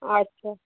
আচ্ছা